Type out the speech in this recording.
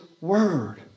word